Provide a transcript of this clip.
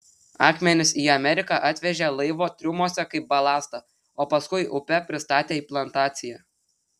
akmenis į ameriką atvežė laivo triumuose kaip balastą o paskui upe pristatė į plantaciją